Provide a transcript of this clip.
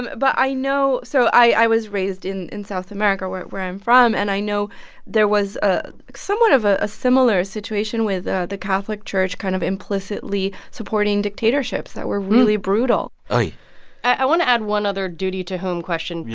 but i know so i was raised in in south america, where where i'm from. and i know there was ah somewhat of ah a similar situation with the catholic church kind of implicitly supporting dictatorships that were really brutal oy i want to add one other duty-to-whom question. yeah.